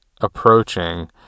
approaching